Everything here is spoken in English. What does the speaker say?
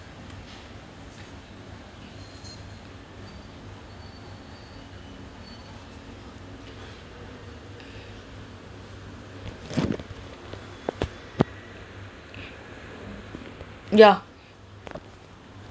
ya